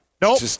Nope